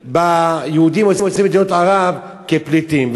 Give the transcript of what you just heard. ביהודים יוצאי מדינות ערב כפליטים.